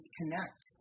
connect